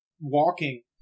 walking